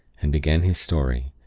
and began his story,